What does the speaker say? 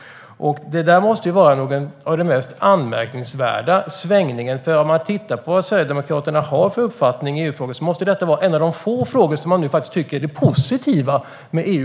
Det här måste vara den mest anmärkningsvärda svängningen. Om vi tittar på vad Sverigedemokraterna har för uppfattning i EU-frågor ser vi att detta måste vara en av de få frågorna av alla frågor som man tycker är positivt med EU.